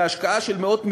בהשקעה של מאות מיליונים,